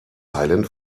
silent